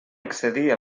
excedir